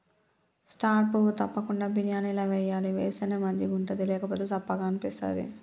star పువ్వు తప్పకుండ బిర్యానీల వేయాలి వేస్తేనే మంచిగుంటది లేకపోతె సప్పగ అనిపిస్తది